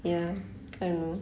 ya I don't know